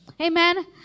Amen